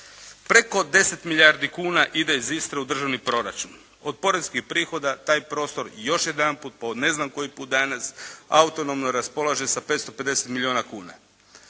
Preko 10 milijardi kuna ide iz Istre u državni proračun. Od poreskih prihoda taj prostor još jedanput po ne znam koji put danas autonomno raspolaže sa 550 milijuna kuna.